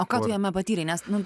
o ką tu jame patyrei nes nu